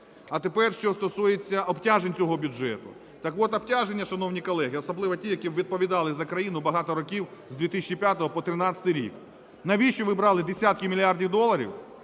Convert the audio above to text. А тепер, що стосується обтяжень цього бюджету. Так от, обтяження, шановні колеги, особливо ті, які відповідали за країну багато років з 2005 по 13-й рік, навіщо ви брали десятки мільярдів доларів